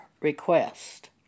request